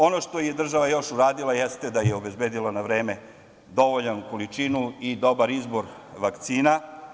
Ono što je država još uradila, jeste da je obezbedila na vreme dovoljnu količinu i dobar izbor vakcina.